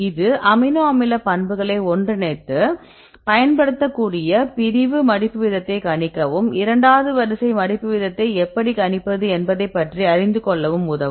இது அமினோ அமில பண்புகளை ஒன்றிணைத்து பயன்படுத்தக்கூடிய பிரிவு மடிப்பு வீதத்தை கணிக்கவும் இரண்டாவது வரிசை மடிப்பு வீதத்தை எப்படி கணிப்பது என்பதை பற்றி அறிந்து கொள்ள உதவும்